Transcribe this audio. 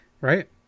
right